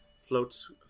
floats